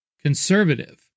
conservative